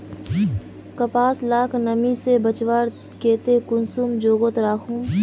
कपास लाक नमी से बचवार केते कुंसम जोगोत राखुम?